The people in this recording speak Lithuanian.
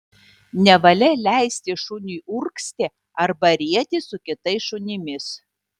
nevalia leisti šuniui urgzti arba rietis su kitais šunimis